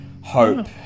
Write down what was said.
Hope